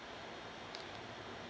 oh